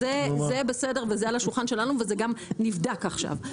זה בסדר וזה על השולחן שלנו, וזה גם נבדק עכשיו.